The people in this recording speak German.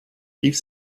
rief